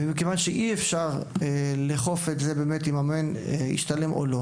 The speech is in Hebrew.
ואי אפשר לדעת אם מאמן באמת השתלם או לא